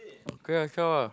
okay ah zhao ah